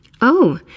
Oh